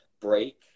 break